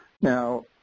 Now